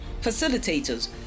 Facilitators